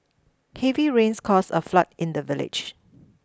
heavy rains caused a flood in the village